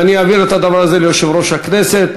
ואני אעביר את הדבר הזה ליושב-ראש הכנסת,